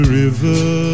river